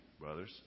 brothers